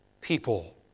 people